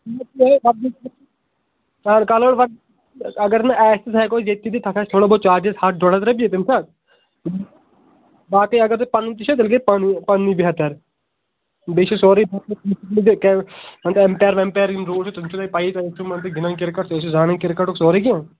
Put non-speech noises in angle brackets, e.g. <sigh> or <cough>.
<unintelligible> سَر کلأڈ <unintelligible> اگر نہٕ آسہِ تہٕ سُہ ہٮ۪کو أسۍ ییٚتہِ تہِ دِتھ تَتھ آسہِ تھوڑا بہت چارجِز ہَتھ ڈۄڑ ہَتھ رۄپیہِ تمہِ ساتہٕ باقٕے اگر تۄہہِ پنُن تہِ چھُ تیٚلہِ گٔے پَنٕنۍ پںٛنی بہتر بیٚیہِ چھُ سورُے <unintelligible> اٮ۪مپیر وٮ۪مپیر یِم رول چھِ تِم چھُو تۄہہِ پیی <unintelligible> کِرکٹ تُہۍ ٲسِو زانان کِرکَٹُک سورُے کیٚنٛہہ